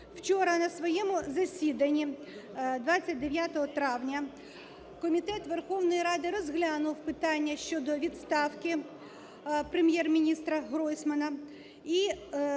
Вчора на своєму засіданні, 29 травня, Комітет Верховної Ради розглянув питання щодо відставки Прем'єр-міністра Гройсмана